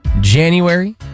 January